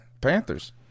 Panthers